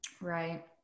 Right